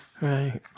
right